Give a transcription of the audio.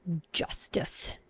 justice!